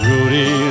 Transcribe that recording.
Rudy